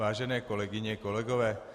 Vážené kolegyně, kolegové.